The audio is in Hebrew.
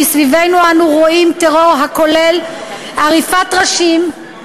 מסביבנו אנו רואים טרור הכולל עריפת ראשים,